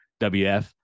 WF